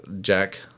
Jack